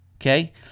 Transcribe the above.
Okay